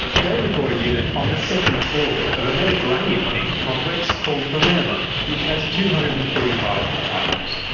david bought a unit on the second floor of a mediterranean themed complex called palermo which has two hundred and forty five apartments.